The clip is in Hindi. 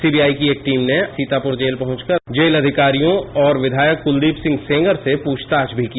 सीबीआई की एक टीम ने सीतापुर जेल पहुंचकर जेल अधिकारियों और कुलदीप सिंह सेंगर से पूछताछ भी की